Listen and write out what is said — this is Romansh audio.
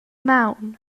maun